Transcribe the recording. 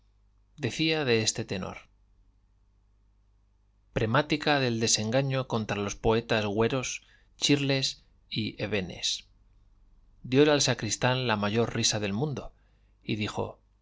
decía en este tenor premática del desengaño contra los poetas güeros chirles y hebenes diole al sacristán la mayor risa del mundo y dijo